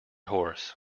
horse